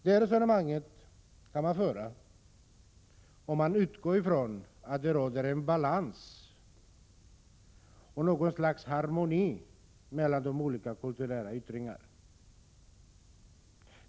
Det resonemanget kan man föra om man utgår ifrån att det råder en balans och något slags harmoni mellan de olika kulturella yttringarna.